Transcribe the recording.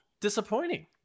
disappointing